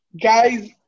guys